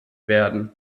werden